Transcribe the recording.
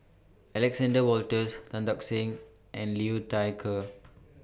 Alexander Wolters Tan Tock Seng and Liu Thai Ker